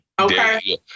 Okay